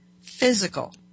physical